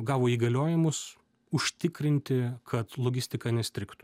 gavo įgaliojimus užtikrinti kad logistika nestrigtų